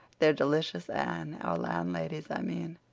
they're delicious, anne our landladies, i mean.